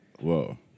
Whoa